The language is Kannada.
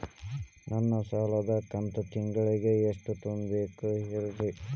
ನನ್ನ ಸಾಲದ ಕಂತು ತಿಂಗಳ ಎಷ್ಟ ತುಂಬಬೇಕು ಹೇಳ್ರಿ?